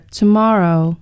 tomorrow